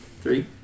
three